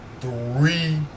three